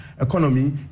economy